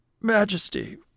Majesty